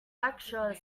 lecture